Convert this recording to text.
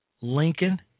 Lincoln